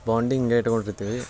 bonding ಇಟ್ಟುಕೊಂಡಿರ್ತೀವಿ